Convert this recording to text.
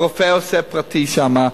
הרופא עושה פרטי שם,